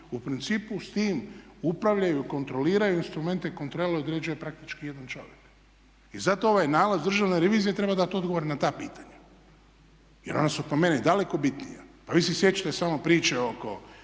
U principu s tim upravljaju i kontroliraju instrumente kontrole određuje praktički jedan čovjek. I zato ovaj nalaz Državne revizije treba dati odgovore na ta pitanja, jer ona su po meni daleko bitnija. Pa vi se sjećate samo priče oko